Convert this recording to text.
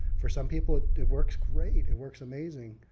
for some people it works great. it works amazing.